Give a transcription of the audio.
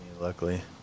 luckily